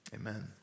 amen